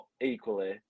equally